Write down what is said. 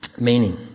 meaning